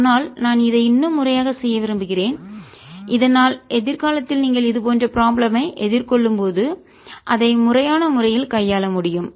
ஆனால் நான் இதை இன்னும் முறையாக செய்ய விரும்புகிறேன் இதனால் எதிர்காலத்தில் நீங்கள் இதுபோன்ற ப்ராப்ளம் ஐ எதிர்கொள்ளும்போது அதை முறையான முறையில் கையாள முடியும்